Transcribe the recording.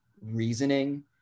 reasoning